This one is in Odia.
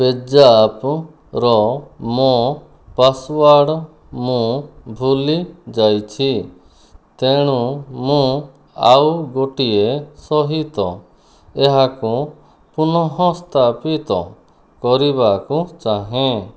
ପେଜାପ୍ର ମୋ ପାସୱାର୍ଡ଼୍ ମୁଁ ଭୁଲି ଯାଇଛି ତେଣୁ ମୁଁ ଆଉ ଗୋଟିଏ ସହିତ ଏହାକୁ ପୁନଃସ୍ଥାପିତ କରିବାକୁ ଚାହେଁ